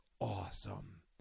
awesome